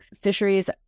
fisheries